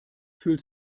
fühlt